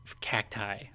cacti